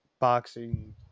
boxing